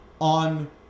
on